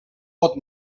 pot